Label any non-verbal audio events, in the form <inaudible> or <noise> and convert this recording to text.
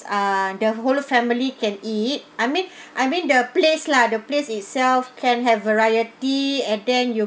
ah the whole family can eat I mean <breath> I mean the place lah the place itself can have variety and then you